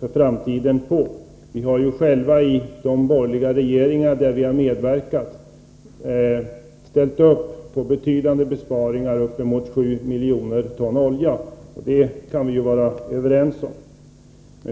framtidsförhoppningar på. Vi har själva i de borgerliga regeringar där vi medverkat ställt upp som mål betydande besparingar, uppemot 7 miljoner ton olja. Så där kan vi vara överens.